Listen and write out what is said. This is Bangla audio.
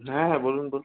হ্যাঁ হ্যাঁ বলুন বলুন